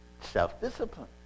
self-discipline